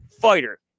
fighter